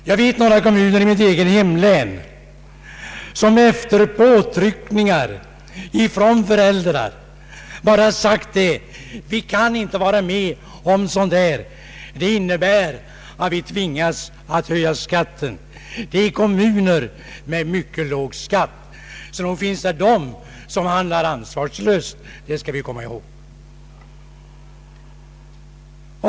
Jag vet några kommuner i mitt eget hemlän, som efter påtryckningar från föräldrar bara sagt att vi kan inte vara med om något sådant, det innebär att vi tvingas höja skatten. Det är kommuner med mycket låg skatt. Så nog finns det de som handlar ansvarslöst, det skall vi komma ihåg.